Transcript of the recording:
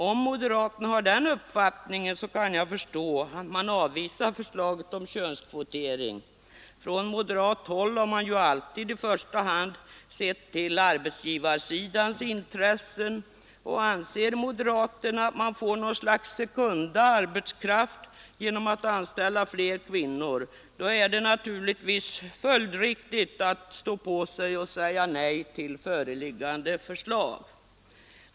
Om moderaterna har den uppfattningen så kan jag förstå att man avvisar förslaget om könskvotering. Från moderat håll har man ju alltid i första hand sett till arbetsgivarsidans intressen. Anser moderaterna att man får något slags sekunda arbetskraft genom att anställa fler kvinnor så är det naturligtvis följdriktigt att stå på sig och säga nej till föreliggande förslag.